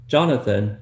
Jonathan